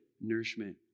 nourishment